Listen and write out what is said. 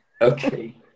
Okay